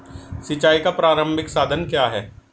सिंचाई का प्रारंभिक साधन क्या है?